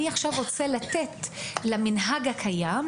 אני רוצה לתת למנהג הקיים,